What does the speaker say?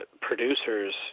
producers